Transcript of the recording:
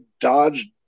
Dodge